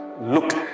look